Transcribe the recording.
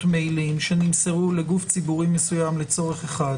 מיילים שנמסרו לגוף ציבורי מסוים לצורך אחד